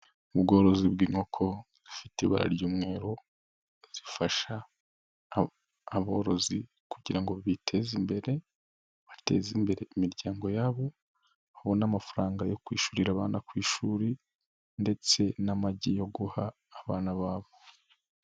Ubworozi bw'inkoko zifite ibara ry'umweru, zifasha aborozi kugira ngo biteze imbere, bateze imbere imiryango yabo, babone amafaranga yo kwishyurira abana ku ishuri ndetse n'amagi yo guha abana babo.